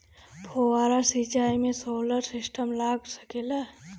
फौबारा सिचाई मै सोलर सिस्टम लाग सकेला?